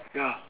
ya